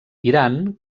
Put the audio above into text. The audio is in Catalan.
iran